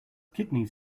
kidneys